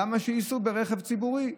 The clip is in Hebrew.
למה שייסעו ברכב ציבורי?